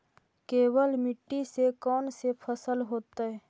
केवल मिट्टी में कौन से फसल होतै?